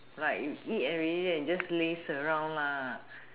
like you eat already then just laze around lah